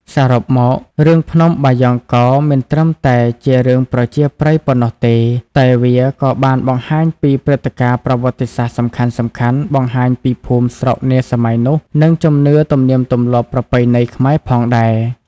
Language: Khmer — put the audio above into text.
សរុបមក រឿងភ្នំបាយ៉ង់កោមិនត្រឹមតែជារឿងប្រជាប្រិយប៉ុណ្ណោះទេ តែវាក៏បានបង្ហាញពីព្រឹត្តិការណ៍ប្រវត្តិសាស្ត្រសំខាន់ៗ បង្ហាញពីភូមិស្រុកនាសម័យនោះ និងជំនឿ ទំនៀមទម្លាប់ប្រពៃណីខ្មែរផងដែរ។